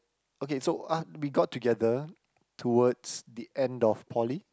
okay so uh we got together towards the end of poly